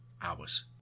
hours